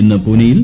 ഇന്ന് പൂനെയിൽ